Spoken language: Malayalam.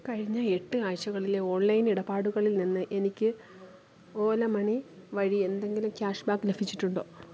കഴിഞ്ഞ എട്ട് ആഴ്ചകളിലെ ഓൺലൈൻ ഇടപാടുകളിൽ നിന്ന് എനിക്ക് ഓല മണി വഴി എന്തെങ്കിലും ക്യാഷ് ബാക്ക് ലഭിച്ചിട്ടുണ്ടോ